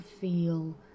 feel